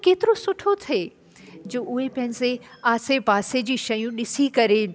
त केतिरो सुठो थिए जो उहे पंहिंजे आसे पासे जी शयूं ॾिसी करे